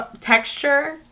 texture